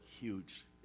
huge